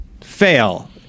fail